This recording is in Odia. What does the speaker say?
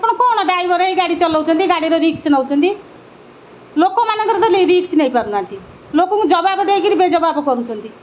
ଆପଣ କ'ଣ ଡ୍ରାଇଭର ହେଇ ଗାଡ଼ି ଚଲଉଛନ୍ତି ଗାଡ଼ିର ରିକ୍ସ ନଉଛନ୍ତି ଲୋକମାନଙ୍କର ତ ରିକ୍ସ ନେଇ ପାରୁନାହାନ୍ତି ଲୋକଙ୍କୁ ଜବାବ୍ ଦେଇକିରି ବେଜବାବ୍ କରୁଛନ୍ତି